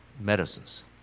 medicines